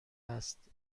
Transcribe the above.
است